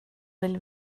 vill